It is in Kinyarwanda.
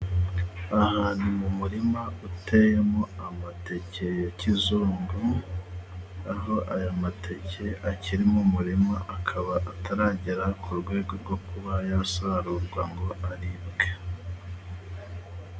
Aha ni mu murima uteyemo amateke ya kizungu, aho aya mateke akiri mu murima akaba ataragera ku rwego rwo kuba yasarurwa ngo aribwe.